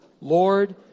Lord